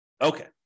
Okay